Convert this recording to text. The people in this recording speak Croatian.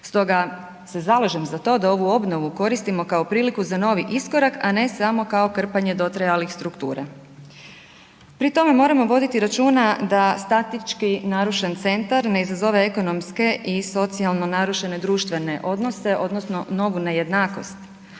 Stoga se zalažem za to da ovu obnovu koristimo kao priliku za novi iskorak, a ne samo kao krpanje dotrajalih struktura. Pri tome moramo voditi računa da statički narušen centar ne izazove ekonomske i socijalno narušene društvene odnose odnosno novu nejednakost.